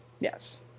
Yes